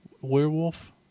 werewolf